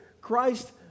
Christ